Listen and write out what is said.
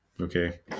Okay